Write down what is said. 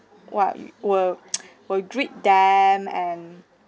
what will will greet them and